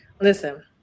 listen